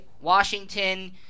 Washington